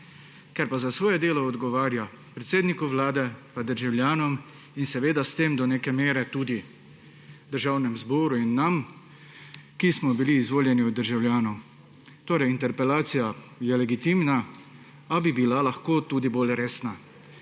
Ker pa za svoje delo odgovarja predsedniku Vlade pa državljanom in seveda s tem do neke mere tudi Državnemu zboru in nam, ki smo bili izvoljeni od državljanov, je interpelacija torej legitimna, a bi bila lahko tudi bolj resna,